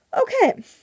okay